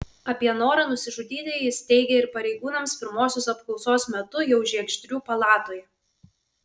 apie norą nusižudyti jis teigė ir pareigūnams pirmosios apklausos metu jau žiegždrių palatoje